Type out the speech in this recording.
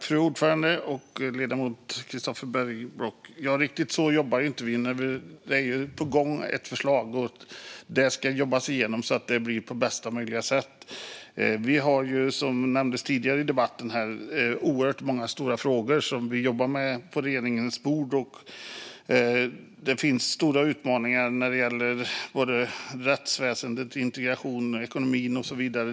Fru ordförande! Riktigt så jobbar inte vi när vi har ett förslag på gång, Christofer Bergenblock. Det ska jobbas igenom så att det blir så bra som möjligt. Det är, som nämndes tidigare i debatten, oerhört många stora frågor på regeringens bord som man jobbar med. Och det finns stora utmaningar när det gäller rättsväsendet, integrationen, ekonomin och så vidare.